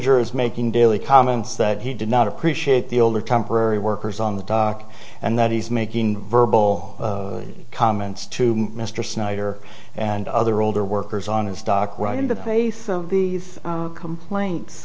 injures making daily comments that he did not appreciate the older temporary workers on the dock and that he's making verbal comments to mr snyder and other older workers on his dock right into the face of these complaints